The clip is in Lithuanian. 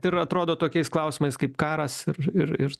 ir atrodo tokiais klausimais kaip karas ir ir